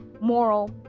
moral